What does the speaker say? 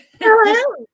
Hello